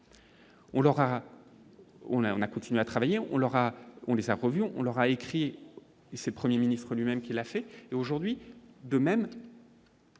on a continué à travailler, on leur a, on les a revus, on leur a écrit, et c'est le 1er ministre lui-même qui l'a fait et, aujourd'hui, de même